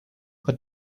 but